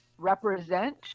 represent